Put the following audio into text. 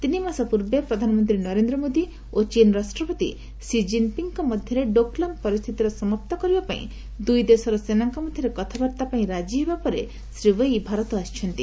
ତିନିମାସ ପୂର୍ବେ ପ୍ରଧାନମନ୍ତ୍ରୀ ନରେନ୍ଦ୍ର ମୋଦି ଓ ଚୀନ୍ ରାଷ୍ଟ୍ରପତି ସି ଜିନ୍ପିଙ୍ଗଙ୍କ ମଧ୍ୟରେ ଡୋକଲାମ୍ ପରିସ୍ଥିତିର ସମାପ୍ତ କରିବା ପାଇଁ ଦୁଇ ଦେଶର ସେନାଙ୍କ ମଧ୍ୟରେ କଥାବାର୍ତ୍ତା ପାଇଁ ରାଜି ହେବା ପରେ ଶ୍ରୀ ଓ୍ବେଇ ଭାରତ ଆସିଛନ୍ତି